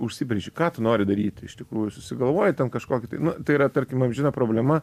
užsibrėži ką tu nori daryti iš tikrųjų susigalvoji ten kažkokį tai na tai yra tarkim amžina problema